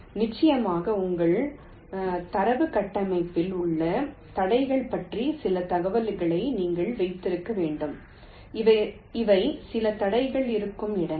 நிச்சயமாக உங்கள் தரவு கட்டமைப்பில் உள்ள தடைகள் பற்றிய சில தகவல்களை நீங்கள் வைத்திருக்க வேண்டும் இவை சில தடைகள் இருக்கும் இடங்கள்